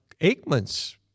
Aikman's